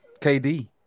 KD